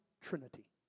trinity